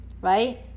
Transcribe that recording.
Right